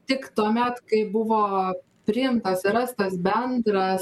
tik tuomet kai buvo priimtas rastas bendras